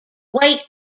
white